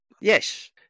yes